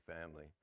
family